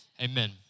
amen